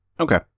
Okay